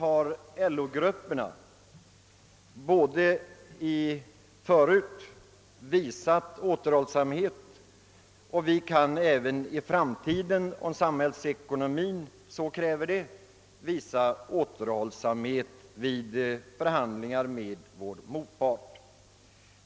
Ty vi inom LO-grupperna har ju förut visat återhållsamhet, och visst kan vi även i framtiden, om samhällsekonomin så kräver, visa återhållsamhet vid förhandlingar med vår motpart.